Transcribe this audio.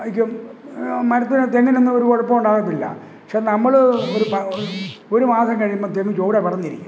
ഐയ്ക്കും മരത്തിലെ തെങ്ങിനൊന്നുമൊരു കുഴപ്പവുമുണ്ടാകത്തില്ല പക്ഷെ നമ്മള് ഒരു ഒരു മാസം കഴിയുമ്പത്തെക്കും തെങ്ങ് ചോടെ പറിഞ്ഞിരിക്കും